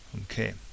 Okay